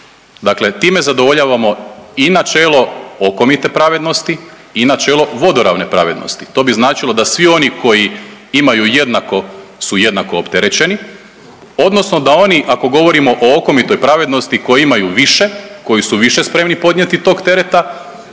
Dakle time zadovoljavamo i načelo okomite pravednosti i načelo vodoravne pravednosti, to bi značilo da svi oni koji imaju jednako su jednako opterećeni, odnosno da oni, ako govorimo o okomitoj pravednosti koji imaju više, koji su više spremni podnijeti tog tereta,